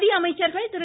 மத்திய அமைச்சர்கள் திரு